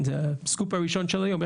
זה הסקופ הראשון של היום,